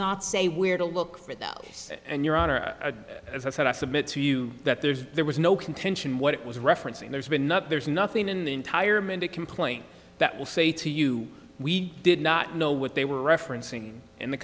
not say where to look for the case and your honor as i said i submit to you that there's there was no contention what it was referencing there's been enough there's nothing in the entire amended complaint that will say to you we did not know what they were referencing in the